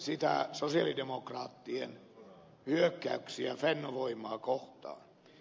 ihmettelen sosialidemokraattien hyökkäyksiä fennovoimaa kohtaan